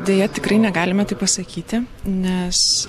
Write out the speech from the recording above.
deja tikrai negalime taip pasakyti nes